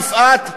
יפעת,